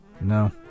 no